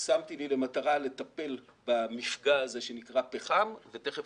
שמתי לי למטרה לטפל במפגע הזה שנקרא פחם ותכף